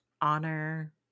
honor